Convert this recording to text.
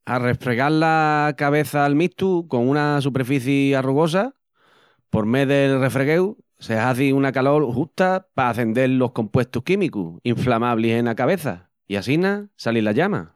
Al refregal la cabeça'l mistu con una superficii arrugosa, por mé del refregueu se hazi una calol justa pa acendel los compuestus químicus inflamablis ena cabeça, i assina sali la llama.